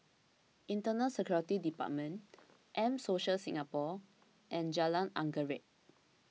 Internal Security Department M Social Singapore and Jalan Anggerek